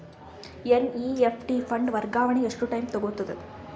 NEFT fund ವರ್ಗಾವಣೆ ಎಷ್ಟ time ತೋಗೊತದ?